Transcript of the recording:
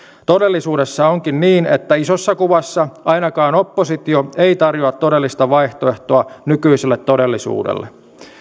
todellisuudessa onkin niin että isossa kuvassa ainakaan oppositio ei tarjoa todellista vaihtoehtoa nykyiselle todellisuudelle